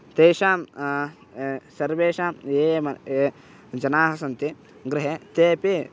तेषां सर्वेषां ये ये म ये जनाः सन्ति गृहे तेपि